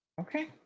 Okay